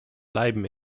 bleiben